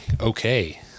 okay